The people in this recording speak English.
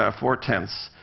ah four-tenths.